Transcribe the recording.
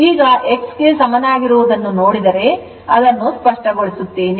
ಈಗ X ಗೆ ಸಮನಾಗಿರುವುದನ್ನು ನೋಡಿದರೆ ಅದನ್ನು ಸ್ಪಷ್ಟಗೊಳಿಸುತ್ತೇನೆ